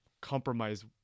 compromise